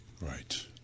Right